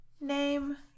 name